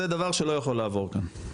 זה דבר שלא יכול לעבור כאן.